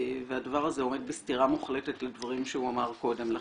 והדבר הזה עומד בסתירה מוחלטת לדברים שהוא אמר קודם לכן.